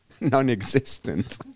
Non-existent